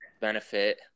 benefit